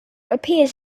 appears